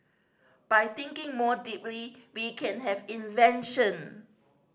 by thinking more deeply we can have invention